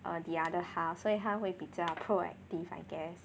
err the other half 所以他会比较 proactive I guess